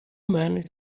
many